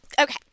okay